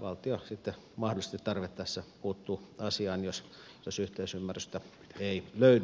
valtio sitten mahdollisesti tarvittaessa puuttuu asiaan jos yhteisymmärrystä ei löydy